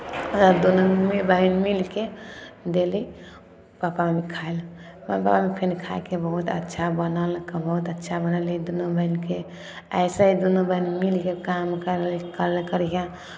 आओर दुनू बहीन मिलि कऽ देली पप्पा मम्मीकेँ खाय लए पप्पा मम्मी फेर खाए कऽ बहुत अच्छा बनल कहल बहुत अच्छा बनयली दुनू बहीनके अइसे ही दुनू बहीन मिलि कऽ काम करै करै करिहेँ